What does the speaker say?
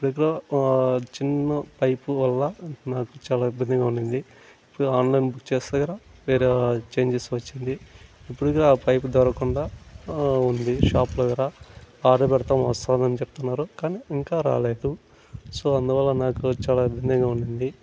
దీంట్లో చిన్న పైపు వల్ల నాకు చాలా ఇబ్బందిగా ఉన్నింది ఆన్లైన్ బుక్ చేస్తే కూడా వేరే చేంజెస్ వచ్చింది ఇప్పుడికి ఆ పైపు దొరకకుండా ఉంది షాపుల దగ్గర ఆర్డర్ పెడతాం వస్తుంది అని చెప్తున్నారు కానీ ఇంకా రాలేదు సో అందువల్ల నాకు చాలా ఇబ్బందిగా ఉన్నింది